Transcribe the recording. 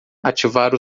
ativar